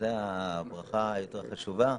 זו הברכה היותר חשובה.